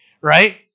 right